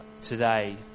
today